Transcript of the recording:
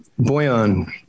Boyan